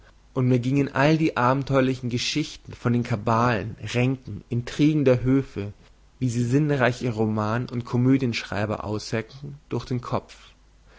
und mir gingen all die abenteuerlichen geschichten von den kabalen ränken intrigen der höfe wie sie sinnreiche roman und komödienschreiber aushecken durch den kopf